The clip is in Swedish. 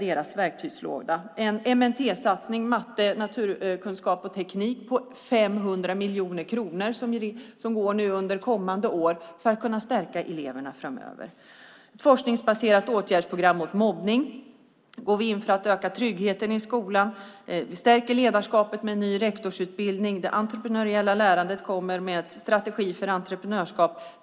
Vi har också en MNT-satsning - matte, naturkunskap och teknik - på 500 miljoner kronor under kommande år för att stärka eleverna framöver. Vi har också ett forskningsbaserat åtgärdsprogram mot mobbning för att öka tryggheten i skolan. Vi stärker ledarskapet med en ny rektorsutbildning. Det entreprenöriella lärandet kommer med strategi för entreprenörskap.